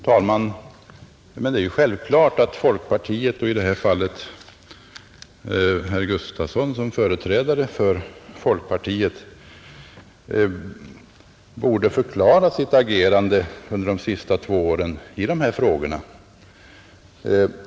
Fru talman! Det är självklart att folkpartiet, och i detta fall herr Gustafson i Göteborg såsom företrädare för folkpartiet, borde förklara sitt agerande i de här frågorna under de senaste två åren.